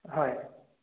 হয়